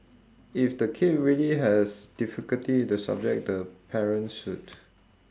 if the kid really has difficulty with the subject the parents should